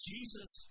Jesus